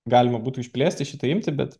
galima būtų išplėsti šitą imtį bet